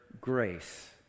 grace